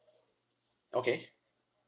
okay